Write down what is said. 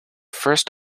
first